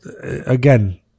again